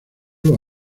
los